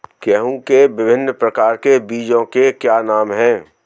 गेहूँ के विभिन्न प्रकार के बीजों के क्या नाम हैं?